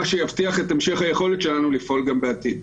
מה שיבטיח את המשך היכולת שלנו לפעול גם בעתיד.